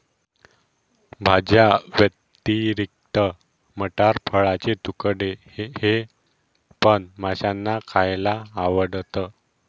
भाज्यांव्यतिरिक्त मटार, फळाचे तुकडे हे पण माशांना खायला आवडतं